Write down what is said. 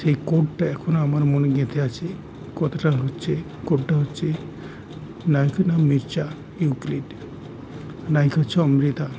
সেই কোটটা এখন আমার মনে গেঁথে আছে কথাটা হচ্ছে কোটটা হচ্ছে নায়কের নাম মিরচা ইউক্লিড নায়িকা হচ্ছে অমৃতা